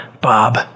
Bob